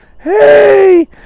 Hey